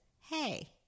hey